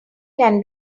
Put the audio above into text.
can